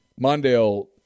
Mondale